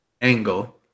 Angle